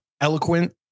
eloquent